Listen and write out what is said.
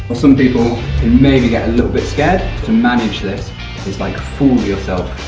some people can maybe get a little bit scared, to manage this is like fool yourself,